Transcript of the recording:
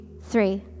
three